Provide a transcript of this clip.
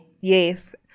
Yes